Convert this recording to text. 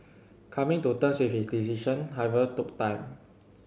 coming to terms with his decision however took time